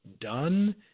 done